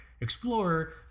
Explorer